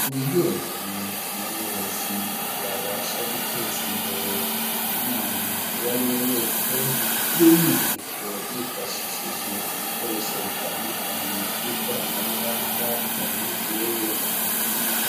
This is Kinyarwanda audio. ku bigendanye n'uburezi bwabasha guteza imbere umwana uwo ari we wese by'umwihariko yifashishije ibikoresho bitandukanye by'ikoranabuhanga mu myigire ye.